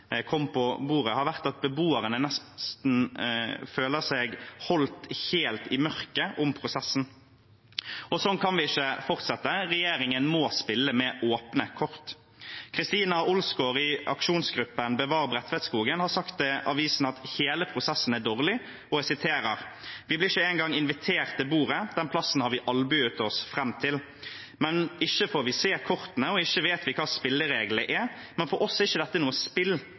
bordet, har vært at beboerne nesten føler seg holdt helt i mørket om prosessen. Sånn kan vi ikke fortsette. Regjeringen må spille med åpne kort. Cristina Olsgaard i aksjonsgruppen Bevar Bredtvetskogen har sagt til avisen at hele prosessen er dårlig: Vi blir ikke engang invitert til bordet, den plassen har vi albuet oss fram til. Ikke får vi se kortene, og ikke vet vi hva spillereglene er. Men for oss er ikke dette noe spill.